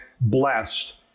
blessed